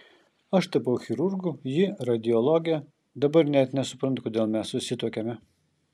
aš tapau chirurgu ji radiologe dabar net nesuprantu kodėl mes susituokėme